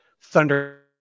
thunder